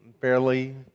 fairly